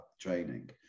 training